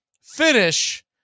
finish